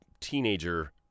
teenager